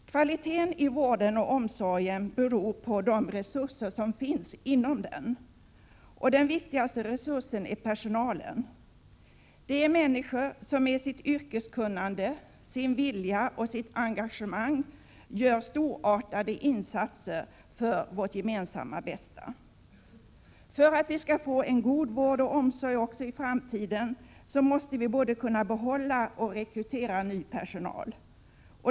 Kvaliteten i vården och omsorgen beror på de resurser som finns inom denna. Den viktigaste resursen är personalen. Det är människor som med sitt yrkeskunnande, sin vilja och sitt engagemang gör storartade insatser för vårt gemensamma bästa. För att vi skall få en god vård och omsorg också i framtiden måste vi både kunna behålla den personal vi har och rekrytera ny personal.